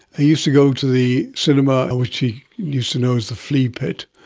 he used to go to the cinema which he used to know as the flea pit,